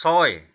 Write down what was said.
ছয়